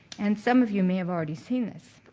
and some of you may have already seen this.